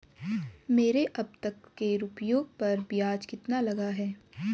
मेरे अब तक के रुपयों पर ब्याज कितना लगा है?